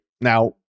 Now